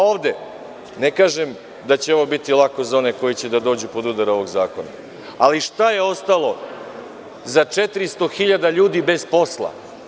Ovde, ne kažem da će ovo biti lako za one koji će da dođu pod udar ovog zakona, ali šta je ostalo za 400 hiljada ljudi bez posla?